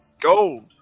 gold